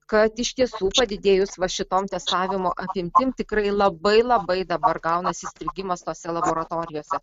kad iš tiesų padidėjus va šitom testavimo apimtim tikrai labai labai dabar gaunasi įstrigimas tose laboratorijose